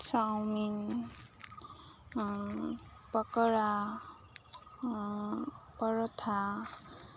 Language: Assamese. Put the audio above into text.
চাওমিন পকোৰা পৰঠা